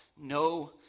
No